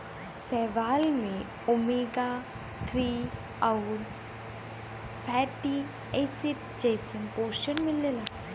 शैवाल में omega three आउर फैटी एसिड जइसन पोषण मिलला